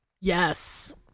yes